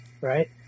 right